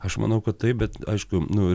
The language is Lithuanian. aš manau kad taip bet aišku nu